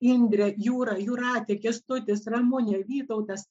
indrė jūra jūratė kęstutis ramunė vytautas